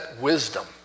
wisdom